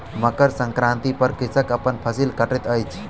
मकर संक्रांति पर कृषक अपन फसिल कटैत अछि